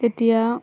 তেতিয়া